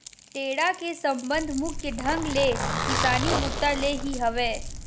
टेंड़ा के संबंध मुख्य ढंग ले किसानी बूता ले ही हवय